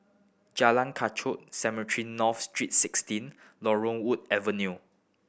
Jalan Kechot Cemetry North Street Sixteen Laurel Wood Avenue